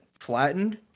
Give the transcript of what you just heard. flattened